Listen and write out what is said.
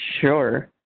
sure